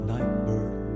Nightbird